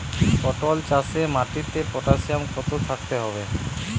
পটল চাষে মাটিতে পটাশিয়াম কত থাকতে হবে?